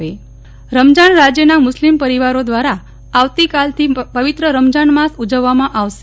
નેહ્લ ઠક્કર જાન માસ પાર રમજાન રાજયના મુસ્લિમ પરિવારો દ્વારા આવતીકાલથી પવિત્ર રમજાન માસ ઉજવવામાં આવશે